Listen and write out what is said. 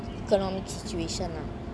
economic situation ah